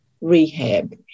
rehab